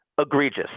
egregious